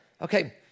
Okay